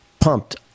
pumped